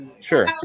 Sure